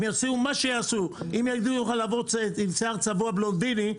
אם יגידו לך לבוא עם שיער צבוע בלונדיני,